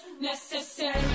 necessary